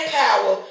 power